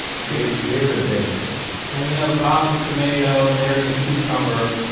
creator creator of veggietales yeah you know bob the tomato, larry the cucumber.